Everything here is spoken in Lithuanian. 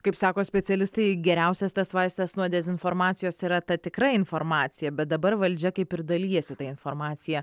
kaip sako specialistai geriausias tas vaistas nuo dezinformacijos yra ta tikra informacija bet dabar valdžia kaip ir dalijasi ta informacija